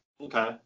Okay